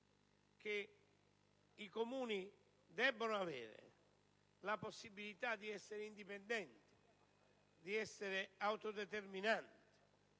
che i Comuni debbano avere la possibilità di essere indipendenti e di autodeterminarsi,